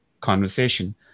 conversation